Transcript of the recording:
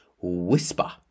whisper